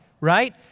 right